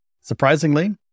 Surprisingly